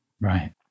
right